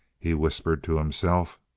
he whispered to himself.